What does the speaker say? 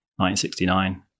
1969